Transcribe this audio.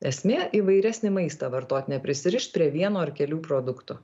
esmė įvairesnį maistą vartot neprisirišt prie vieno ar kelių produktų